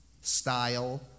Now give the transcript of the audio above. style